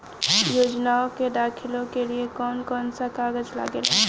योजनाओ के दाखिले के लिए कौउन कौउन सा कागज लगेला?